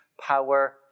power